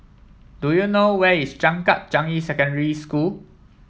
do you know where is Changkat Changi Secondary School